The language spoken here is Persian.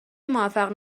موفق